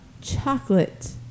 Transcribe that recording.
chocolate